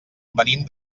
venim